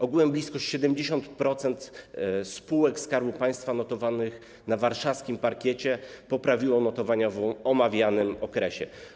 Ogółem blisko 70% spółek Skarbu Państwa notowanych na warszawskim parkiecie poprawiło notowania w omawianym okresie.